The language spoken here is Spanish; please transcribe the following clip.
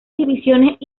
divisiones